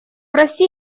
россии